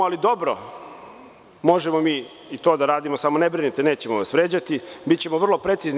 Ali dobro, možemo mi i to da radimo, samo ne brinite, nećemo vas vređati, bićemo vrlo precizni.